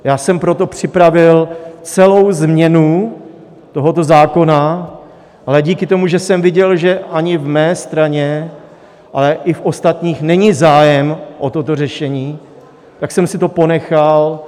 Já jsem proto připravil celou změnu tohoto zákona, ale díky tomu, že jsem viděl, že ani mé straně, ale i ostatních není zájem o toto řešení, tak jsem si to ponechal.